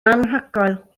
anhygoel